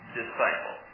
disciple